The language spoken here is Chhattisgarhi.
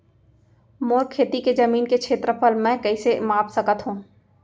मोर खेती के जमीन के क्षेत्रफल मैं कइसे माप सकत हो?